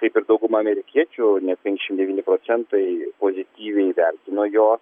kaip ir dauguma amerikiečių net penkiasdešimt devyni procentai pozityviai įvertino jo